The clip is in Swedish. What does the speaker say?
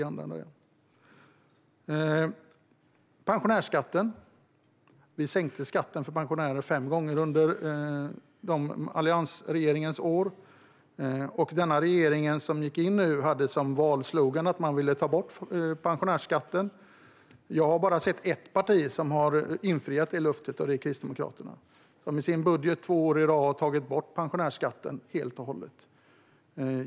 När det gäller pensionärsskatten: Vi sänkte skatten för pensionärer fem gånger under alliansregeringens år. De som bildade nuvarande regering hade som valslogan att ta bort pensionärsskatten. Jag har bara sett ett parti som har infriat det löftet, och det är Kristdemokraterna, som i sin budget två år i rad har tagit bort pensionärsskatten helt och hållet.